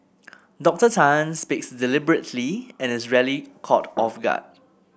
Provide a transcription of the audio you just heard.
Dorcor Tan speaks deliberately and is rarely caught off guard